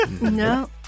No